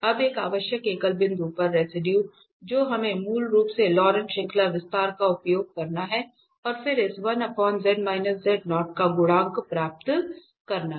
अब एक आवश्यक एकल बिंदु पर रेसिडुए जो हमें मूल रूप से लॉरेंट श्रृंखला विस्तार का उपयोग करना है और फिर इस का गुणांक प्राप्त करना है